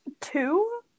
two